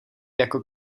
jako